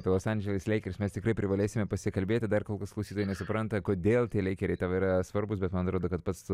apie los andžels leikers mes tikrai privalėsime pasikalbėti dar kol kas klausytojai nesupranta kodėl tie leikeriai tau yra svarbūs bet man atrodo kad pats